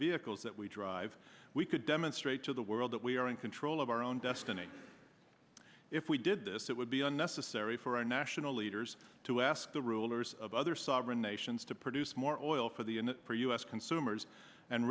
vehicles that we drive we could demonstrate to the world that we are in control of our own destiny if we did this it would be unnecessary for our national leaders to ask the rulers of other sovereign nations to produce more oil for the and for us consumers and